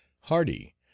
hardy